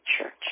church